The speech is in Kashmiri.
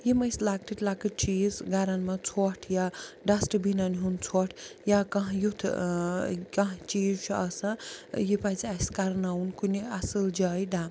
یِم اسہِ لۄکٕٹۍ لۄکٕٹۍ چیٖز گھرَن منٛز ژھۄٹھ یا ڈَسٹہٕ بیٖنَن ہُنٛد ژھۄٹھ یا کانٛہہ یُتھ ٲں کانٛہہ چیٖز چھُ آساں یہِ پَزِ اسہِ کَرناوُن کُنہِ اصٕل جایہِ ڈمپ